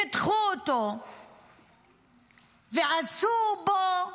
שיטחו אותו ועשו בו,